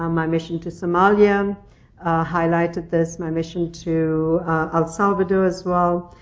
um my mission to somalia highlighted this. my mission to el salvador as well.